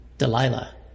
Delilah